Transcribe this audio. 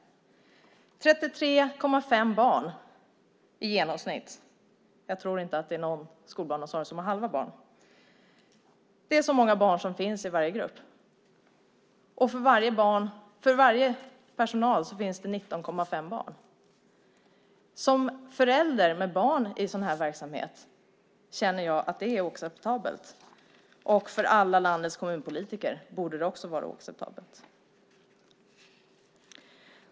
33,5 barn i genomsnitt - jag tror inte att det är någon skolbarnsomsorg som har halva barn - finns det i varje grupp. Och för varje personal finns det 19,5 barn. Som förälder med barn i sådan här verksamhet känner jag att det är oacceptabelt. För alla landets kommunpolitiker borde det också vara oacceptabelt.